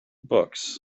books